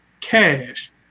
cash